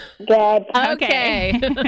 Okay